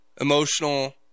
emotional